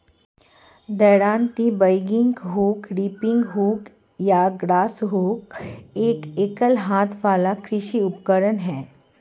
दरांती, bagging hook, reaping hook या grass hook एक एकल हाथ वाला कृषि उपकरण है